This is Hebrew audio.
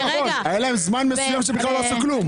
היה להם זמן מסוים שהם בכלל לא עשו כלום.